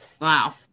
Wow